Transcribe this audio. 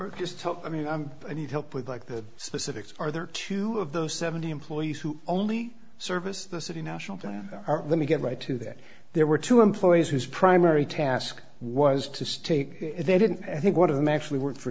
are just top i mean i'm i need help with like the specifics are there two of those seventy employees who only service the city national debt let me get right to that there were two employees whose primary task was to take if they didn't i think one of them actually worked for